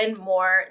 more